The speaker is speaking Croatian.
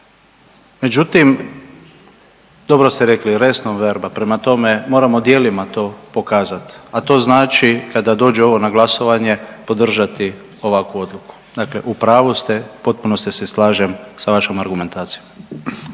Međutim dobro ste rekli „res non verba“, prema tome moramo djelima to pokazat, a to znači kada dođe ovo na glasovanje podržati ovakvu odluku, dakle u pravu ste, u potpunosti se slažem sa vašom argumentacijom.